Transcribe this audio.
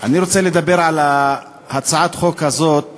אני רוצה לדבר על הצעת החוק הזאת